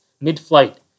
mid-flight